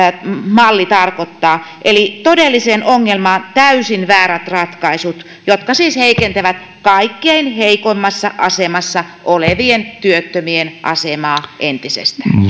malli tarkoittaa eli todelliseen ongelmaan täysin väärät ratkaisut jotka siis heikentävät kaikkein heikoimmassa asemassa olevien työttömien asemaa entisestään